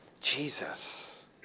Jesus